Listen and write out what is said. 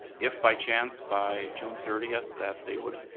if, by chance, by june thirtieth, that they would